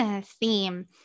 theme